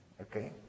Okay